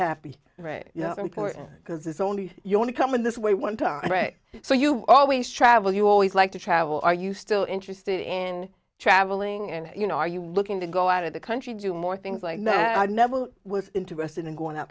happy right now because it's only you want to come in this way one time right so you always travel you always like to travel are you still interested in traveling and you know are you looking to go out of the country to do more things like that i never was interested in going out